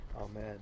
Amen